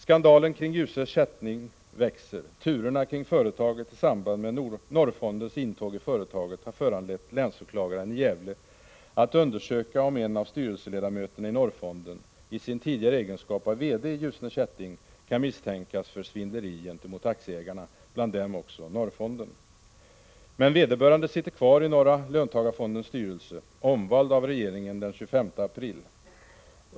Skandalen kring Ljusne Kätting växer. Turerna kring företaget i samband med Norrfondens intåg i företaget har föranlett länsåklagaren i Gävle att undersöka om en av styrelseledamöterna i Norrfonden — i sin tidigare egenskap av VD i Ljusne Kätting — kan misstänkas för svindleri gentemot aktieägarna, bland dem också Norrfonden. Men vederbörande sitter kvar i Norra löntagarfondens styrelse, omvald av regeringen den 25 april.